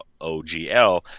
OGL